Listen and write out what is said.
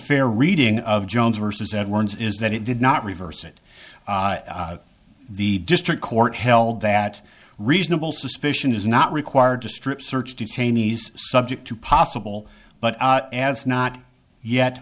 fair reading of jones versus edwards is that it did not reverse it the district court held that reasonable suspicion is not required to strip search detainees subject to possible but as not yet